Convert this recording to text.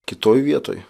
kitoj vietoj